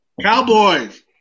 Cowboys